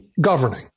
governing